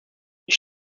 ich